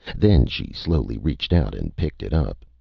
then she slowly reached out and picked it up.